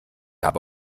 hab